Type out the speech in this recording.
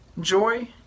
joy